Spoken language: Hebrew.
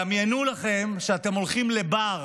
דמיינו לכם שאתם הולכים לבר